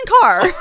car